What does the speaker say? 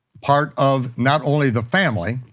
part of, not only the family,